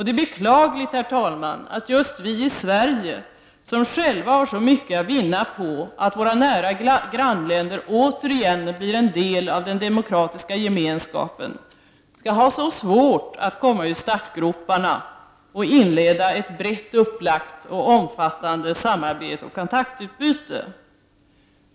Det är beklagligt, herr talman, att just vi i Sverige, som själva har så mycket att vinna på att våra nära grannländer återigen blir en del av den demokratiska gemenskapen, skall ha så svårt att komma ur startgroparna och inleda ett brett upplagt och omfattande samarbete och kontaktutbyte.